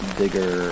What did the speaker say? bigger